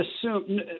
assume